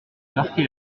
marqué